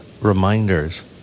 reminders